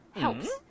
helps